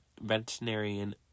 Veterinarian